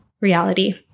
reality